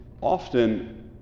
often